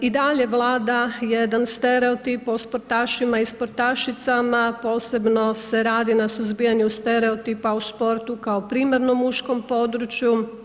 I dalje vlada jedan stereotip o sportašima i sportašicama, posebno se radi na suzbijanju stereotipa u sportu kao primarno mučkom području.